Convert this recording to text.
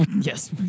yes